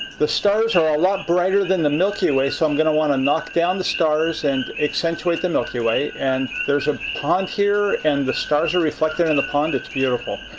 the stars are a lot brighter than the milky way, so i'm going to want to knock down the stars and accentuate the milky way. and there's a pond here, and the stars are reflected and the pond. it's beautiful.